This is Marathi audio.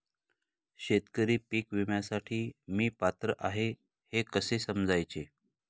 शेतकरी पीक विम्यासाठी मी पात्र आहे हे कसे समजायचे?